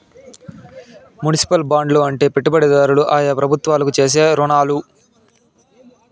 municipal బాండ్లు అంటే పెట్టుబడిదారులు ఆయా ప్రభుత్వాలకు చేసే రుణాలు